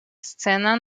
scena